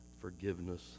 forgiveness